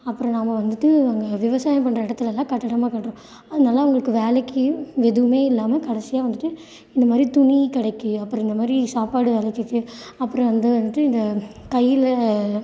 அப்புறம் நாம் வந்துவிட்டு அங்கே விவசாயம் பண்ணுற இடத்துலலாம் கட்டடமாக கட்டுறோம் அதனால அவங்களுக்கு வேலைக்கு எதுவுமே இல்லாமல் கடைசியாக வந்துவிட்டு இந்த மாதிரி துணிக்கடைக்கு அப்புறம் இந்த மாதிரி சாப்பாடு வேலைக்கிக்கு அப்புறம் வந்து வந்துவிட்டு இந்த கையில்